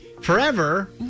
forever